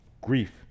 grief